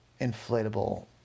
inflatable